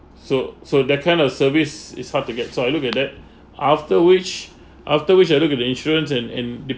so so that kind of service is hard to get so I look at that after which after which I look at the insurance in in